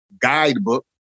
guidebook